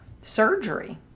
surgery